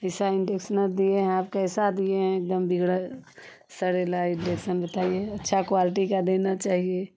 कैसा इण्डक्शन दिए हैं आप कैसा दिए हैं एकदम बिगड़ा सड़ा इण्डक्शन बताइए अच्छी क्वालिटी का देना चाहिए